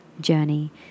journey